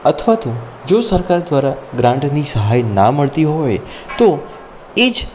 અથવા તો જો સરકાર દ્વારા ગ્રાન્ટની સહાય ના મળી હોય તો એ જ